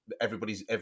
everybody's